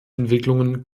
entwicklungen